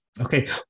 Okay